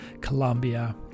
Colombia